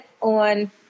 on